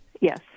Yes